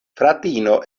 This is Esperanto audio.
fratino